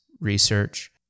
research